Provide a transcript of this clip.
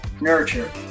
nurture